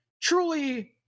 truly